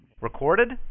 Recorded